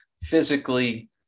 physically